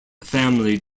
family